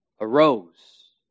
arose